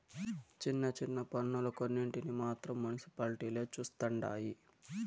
చిన్న చిన్న పన్నులు కొన్నింటిని మాత్రం మునిసిపాలిటీలే చుస్తండాయి